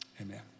amen